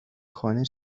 خانه